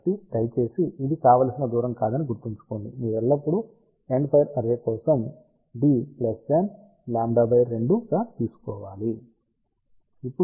కాబట్టి దయచేసి ఇది కావలసిన దూరం కాదని గుర్తుంచుకోండి మీరు ఎల్లప్పుడూ ఎండ్ఫైర్ అర్రే కోసం d λ 2 తీసుకోవాలి